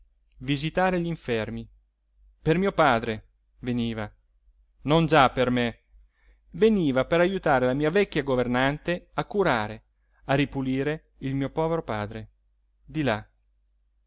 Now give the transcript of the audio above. visitare gl'infermi per mio padre veniva non già per me veniva per aiutare la mia vecchia governante a curare a ripulire il mio povero padre di là